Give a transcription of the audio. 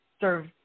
serve